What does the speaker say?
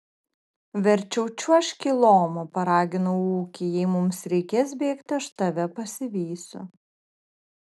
verčiau čiuožk į lomą paraginau ūkį jei mums reikės bėgti aš tave pasivysiu